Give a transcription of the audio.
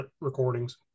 recordings